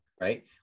right